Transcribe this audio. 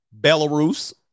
Belarus